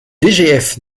dgf